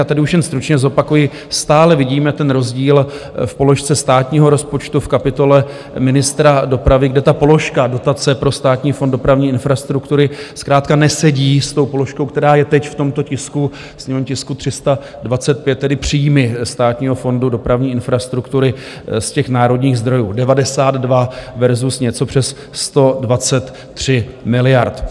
Tady už jen stručně zopakuji: stále vidíme rozdíl v položce státního rozpočtu v kapitole ministra dopravy, kde položka Dotace pro Státní fond dopravní infrastruktury zkrátka nesedí s položkou, která je teď v tomto tisku 325, tedy příjmy Státního fondu dopravní infrastruktury z národních zdrojů, 92 versus něco přes 123 miliard.